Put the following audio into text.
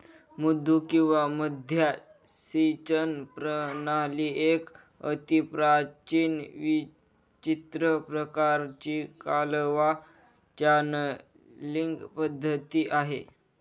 मुद्दू किंवा मद्दा सिंचन प्रणाली एक अतिप्राचीन विचित्र प्रकाराची कालवा चॅनलींग पद्धती आहे